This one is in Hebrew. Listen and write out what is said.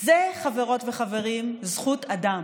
זו, חברות וחברים, זכות אדם,